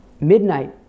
midnight